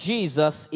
Jesus